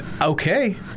Okay